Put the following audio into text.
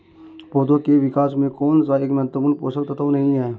पौधों के विकास में कौन सा एक महत्वपूर्ण पोषक तत्व नहीं है?